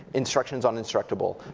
instructions on instructable,